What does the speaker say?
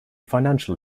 financial